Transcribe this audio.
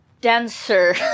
denser